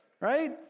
right